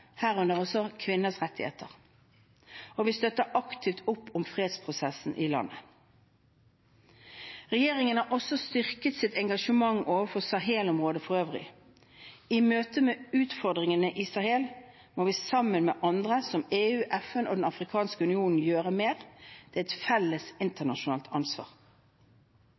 herunder også kvinners rettigheter, og vi støtter aktivt opp om fredsprosessen i landet. Regjeringen har også styrket sitt engasjement overfor Sahel-området for øvrig. I møte med utfordringene i Sahel må vi sammen med andre – som EU, FN og Den afrikanske union – gjøre mer. Det er et felles, internasjonalt ansvar.